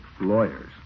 lawyers